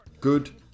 good